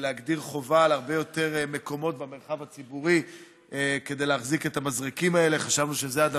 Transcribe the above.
לקבוע להרבה יותר מקומות במרחב הציבורי חובה להחזיק את המזרקים האלה.